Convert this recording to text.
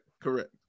Correct